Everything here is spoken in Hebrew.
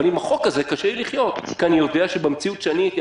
אבל עם החוק הזה קשה לי לחיות כי אני יודע שבמציאות שהכרתי